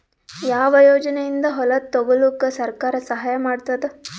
ಯಾವ ಯೋಜನೆಯಿಂದ ಹೊಲ ತೊಗೊಲುಕ ಸರ್ಕಾರ ಸಹಾಯ ಮಾಡತಾದ?